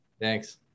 Thanks